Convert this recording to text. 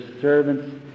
servant's